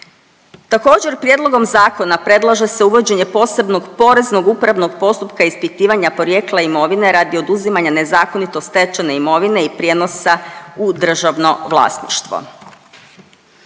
Također prijedlogom zakona predlaže se uvođenje posebnog poreznog upravnog postupka ispitivanja porijekla imovine radi oduzimanja nezakonito stečene imovine i prijenosa u državno vlasništvo.